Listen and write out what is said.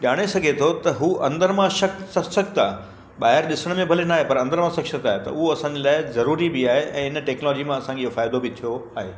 ॼाणे सघे थो उहो अंदरु मां सक्षत आहे ॿाहिरि ॾिसण में भले न आहे पर अंदरो खां सक्षत आए हूं असांजे लाइ ज़रूरी बि आहे ऐं इन टैक्नोलॉजी मां असांखे इयो फ़ाइदो बि थियो आहे